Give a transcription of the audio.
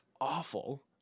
awful